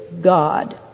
God